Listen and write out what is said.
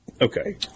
Okay